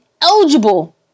eligible